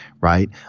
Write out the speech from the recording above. right